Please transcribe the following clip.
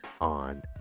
on